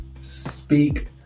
speak